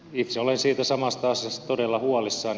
itse olen siitä samasta asiasta todella huolissani